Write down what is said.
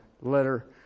letter